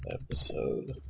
episode